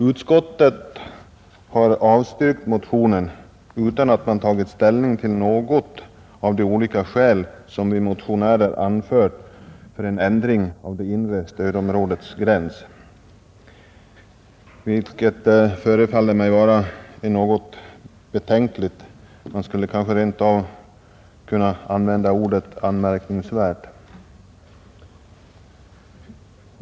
Utskottet har avstyrkt motionen utan att man har tagit ställning till något av de olika skäl som vi motionärer anfört för en ändring av det inre stödområdets gräns, vilket förefaller mig vara något betänkligt — man skulle rent av kunna använda ordet anmärkningsvärt.